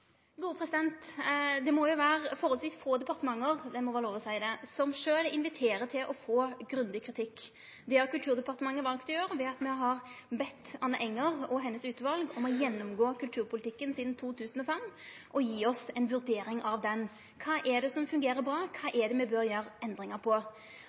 Det må jo vere forholdsvis få departement – det må vere lov å seie det – som sjølv inviterer til å få grundig kritikk. Det har Kulturdepartementet valt å gjere ved at me har bedt Anne Enger og hennar utval om å gjennomgå kulturpolitikken sidan 2005 og gje oss ei vurdering av han. Kva er det som fungerer bra? Kva